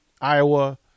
Iowa